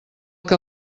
que